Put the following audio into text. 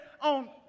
on